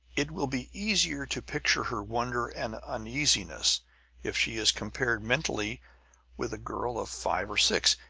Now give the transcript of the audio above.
it will be easier to picture her wonder and uneasiness if she is compared mentally with a girl of five or six.